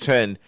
Ten